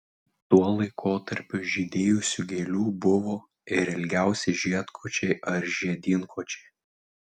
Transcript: tuo laikotarpiu žydėjusių gėlių buvo ir ilgiausi žiedkočiai ar žiedynkočiai